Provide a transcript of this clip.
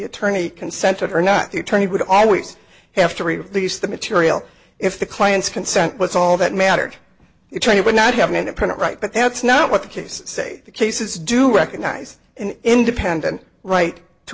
attorney consented or not the attorney would always have to release the material if the client's consent was all that mattered it would not have an independent right but that's not what the case say cases do recognize an independent right to